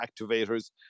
activators